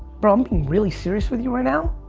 bro, i'm being really serious with you right now.